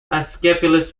asclepius